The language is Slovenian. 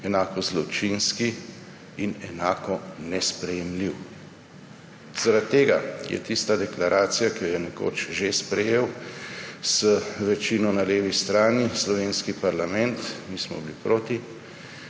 enako zločinski in enako nesprejemljiv. Zaradi tega je tista deklaracija, ki jo je nekoč že sprejel z večino na levi strani slovenski parlament, mi smo bili proti,